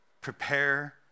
Prepare